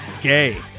gay